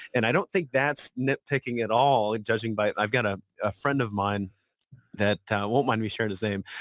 and i don't think that's nitpicking at all. judging by i've got a ah friend of mine that won't mind me sharing his name,